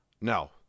no